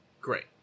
Great